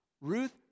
Ruth